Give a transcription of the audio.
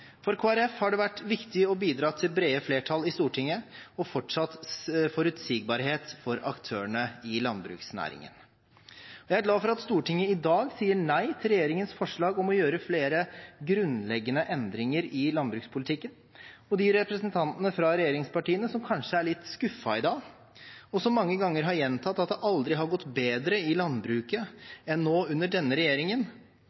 Kristelig Folkeparti har det vært viktig å bidra til brede flertall i Stortinget og fortsatt forutsigbarhet for aktørene i landbruksnæringen. Jeg er glad for at Stortinget i dag sier nei til regjeringens forslag om å gjøre flere grunnleggende endringer i landbrukspolitikken. De representantene fra regjeringspartiene som kanskje er litt skuffet i dag, og som mange ganger har gjentatt at det aldri har gått bedre i